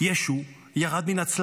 ישו ירד מן הצלב,